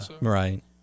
right